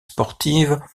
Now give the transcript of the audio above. sportive